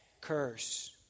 Curse